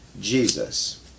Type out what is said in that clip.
Jesus